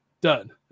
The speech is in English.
done